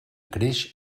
creix